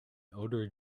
older